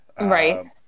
Right